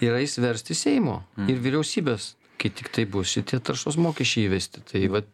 ir eis versti seimo ir vyriausybės kai tiktai bus šitie taršos mokesčiai įvesti tai vat